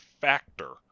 factor